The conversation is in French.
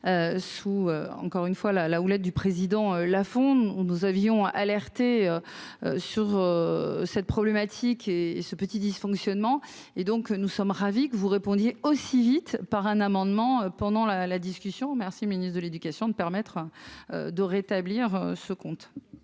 sous encore une fois la la houlette du président font on nous avions alerté sur cette problématique et ce petit dysfonctionnement et donc nous sommes ravis que vous répondiez aussi vite par un amendement pendant la la discussion merci, ministre de l'éducation, de permettre de rétablir ce compte.